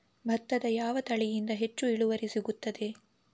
ಭತ್ತದ ಯಾವ ತಳಿಯಿಂದ ಹೆಚ್ಚು ಇಳುವರಿ ಸಿಗುತ್ತದೆ?